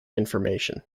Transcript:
information